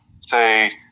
say